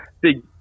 big